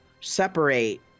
separate